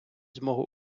змогу